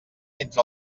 entre